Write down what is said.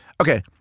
Okay